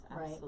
right